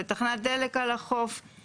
של תחנת דלק על החוף,